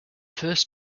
first